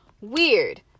weird